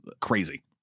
crazy